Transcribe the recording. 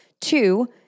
Two